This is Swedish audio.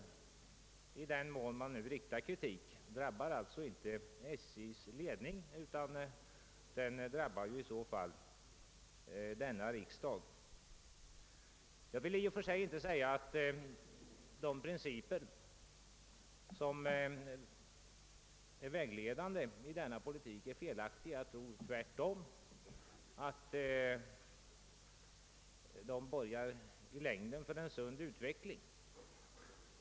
Och i den mån man riktar en sådan kritik mot SJ drabbar den inte trafikföretagets ledning utan riksdagen. Jag vill inte säga att de principer som skall vara vägledande för trafikpolitiken är felaktiga. Tvärtom tror jag att de i längden borgar för en sund utveckling.